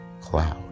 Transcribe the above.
cloud